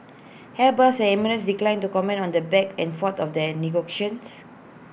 airbus and emirates declined to comment on the back and forth of the an negotiations